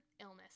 illness